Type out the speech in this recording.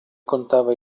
contava